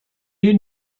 you